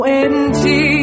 empty